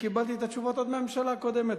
וקיבלתי את התשובות, עוד מהממשלה הקודמת.